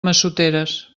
massoteres